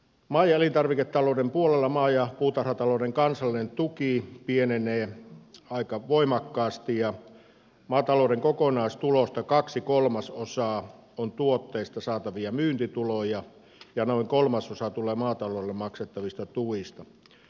maa ja elintarviketalouden puolella maa ja puutarhatalouden kansallinen tuki pienenee aika voimakkaasti ja maatalouden kokonaistulosta kaksi kolmasosaa on tuotteista saatavia myyntituloja ja noin kolmasosa tulee maataloudelle maksettavista tuista